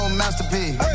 masterpiece